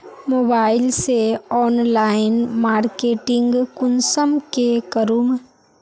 Mobile से online marketing कुंसम के करूम?